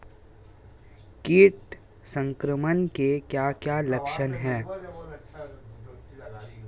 कीट संक्रमण के क्या क्या लक्षण हैं?